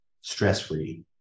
stress-free